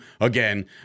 again